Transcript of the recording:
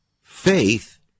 faith